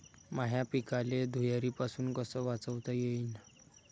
माह्या पिकाले धुयारीपासुन कस वाचवता येईन?